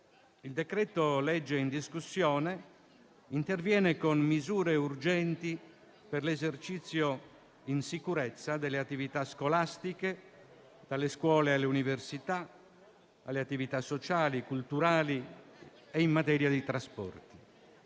il decreto-legge in discussione interviene con misure urgenti per l'esercizio in sicurezza delle attività scolastiche, dalle scuole alle università, delle attività sociali e culturali e in materia di trasporti.